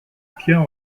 tient